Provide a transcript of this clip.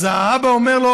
אז האבא אומר לו: